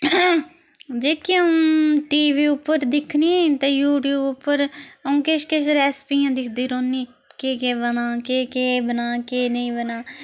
जेह्की आं'ऊ TV उप्पर दिक्खनी ते यूट्यूब उप्पर आ'ऊं किश किश रैस्पियां दिखदी रौह्नीं केह् केह् बनां केह् केह् बनां केह् नेईं बनां